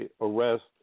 arrest